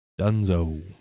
dunzo